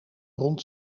rond